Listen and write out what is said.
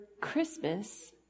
Christmas